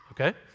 Okay